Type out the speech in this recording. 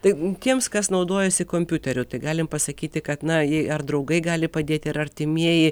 tai tiems kas naudojasi kompiuteriu galim pasakyti kad na jei ar draugai gali padėti ar artimieji